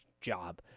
job